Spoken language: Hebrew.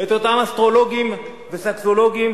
את אותם אסטרולוגים וסקסולוגים,